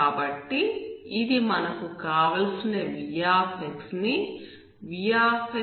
కాబట్టి ఇది మనకు కావలసిన v ని vxe 12x0xptdt